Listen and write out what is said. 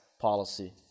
policy